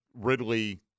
Ridley